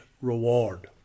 reward